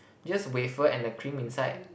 just wafer and the cream inside